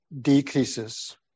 decreases